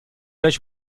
euch